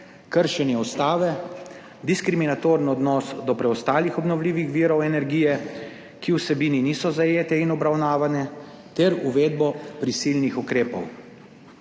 kršenje Ustave, diskriminatoren odnos do preostalih obnovljivih virov energije, ki vsebini niso zajete in obravnavane ter uvedbo prisilnih ukrepov.